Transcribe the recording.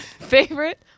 Favorite